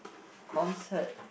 concert